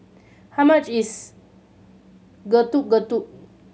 how much is Getuk Getuk